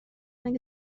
اگه